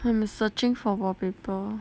I am searching for wallpaper